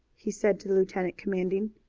he said to the lieutenant commanding.